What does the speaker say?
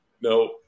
No